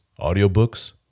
audiobooks